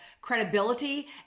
credibility